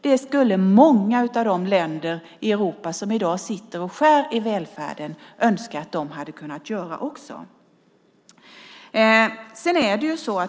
Det skulle många av de länder i Europa som i dag sitter och skär i välfärden önska att de hade kunnat göra också.